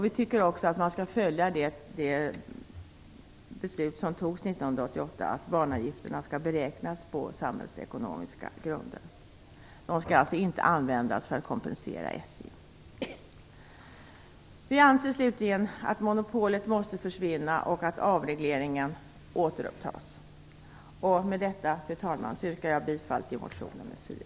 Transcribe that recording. Vi tycker även att man skall följa det beslut som fattades 1988, att banavgifterna skall beräknas på samhällsekonomiska grunder. De skall alltså inte användas för att kompensera SJ. Slutligen anser vi att monopolet måste försvinna och att avregleringen måste återupptas. Fru talman! Med det anförda yrkar jag bifall till motion nr 4.